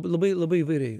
labai labai įvairiai